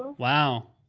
wow.